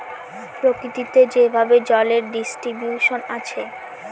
প্রকৃতিতে যেভাবে জলের ডিস্ট্রিবিউশন আছে